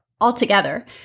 altogether